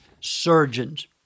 Surgeons